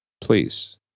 Please